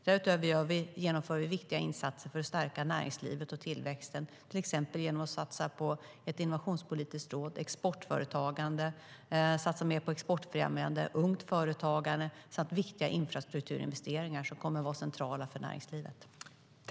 Därutöver genomför vi viktiga insatser för att stärka näringslivet och tillväxten, till exempel genom att satsa på ett innovationspolitiskt råd, exportföretagande, exportfrämjande, ungt företagande och viktiga infrastrukturinvesteringar som kommer att vara centrala för näringslivet.